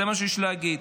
זה מה שיש לי להגיד.